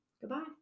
Goodbye